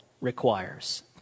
requires